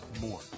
more